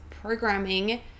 programming